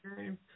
game